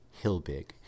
Hilbig